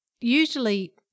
usually